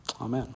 Amen